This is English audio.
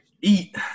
eat